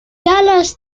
dallas